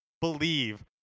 believe